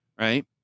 right